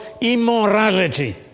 immorality